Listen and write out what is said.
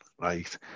right